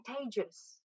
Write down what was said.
contagious